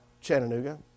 Chattanooga